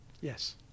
Yes